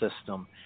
system